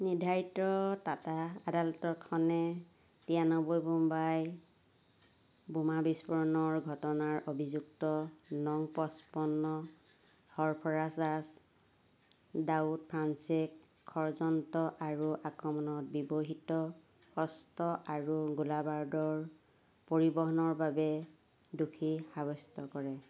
নিৰ্ধাৰিত টাটা আদালতখনে তিৰানব্বৈ মুম্বাই বোমা বিস্ফোৰণৰ ঘটনাৰ অভিযুক্ত নং পছপন্ন সৰফৰাজ দাচ ডাউদ ফাঞ্চেক ষড়যন্ত্ৰ আৰু আক্ৰমণত ব্যৱহৃত অস্ত্ৰ আৰু গোলা বাৰুদৰ পৰিবহণৰ বাবে দোষী সাৱ্যস্ত কৰে